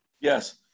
Yes